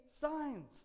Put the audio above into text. signs